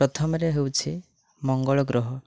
ପ୍ରଥମରେ ହେଉଛି ମଙ୍ଗଳ ଗ୍ରହ